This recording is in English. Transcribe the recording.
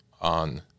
on